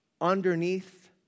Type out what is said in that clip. underneath